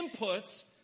inputs